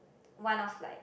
one of like